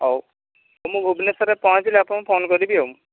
ହଉ ମୁଁ ଭୁବନେଶ୍ୱରରେ ପହଞ୍ଚିଲେ ଆପଣଙ୍କୁ ଫୋନ୍ କରିବି ଆଉ